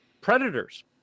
predators